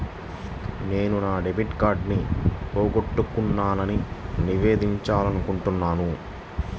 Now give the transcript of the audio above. నేను నా డెబిట్ కార్డ్ని పోగొట్టుకున్నాని నివేదించాలనుకుంటున్నాను